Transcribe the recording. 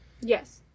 Yes